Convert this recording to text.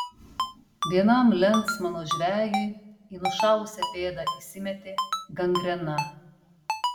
vienam lensmano žvejui į nušalusią pėdą įsimetė gangrena